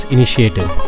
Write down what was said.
Initiative